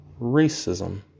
racism